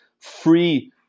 free